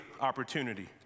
opportunity